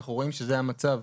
ואנחנו רואים שזה המצב.